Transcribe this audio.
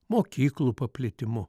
mokyklų paplitimu